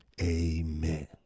Amen